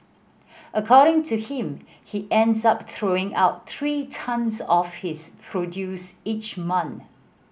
according to him he ends up throwing out three tonnes of his produce each month